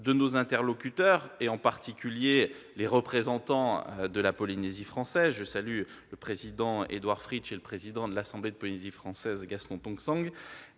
de nos interlocuteurs, en particulier les représentants de la Polynésie française- je salue le président Édouard Fritch et le président de l'assemblée de la Polynésie française, Gaston Tong Sang